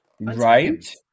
right